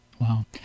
Wow